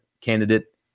candidate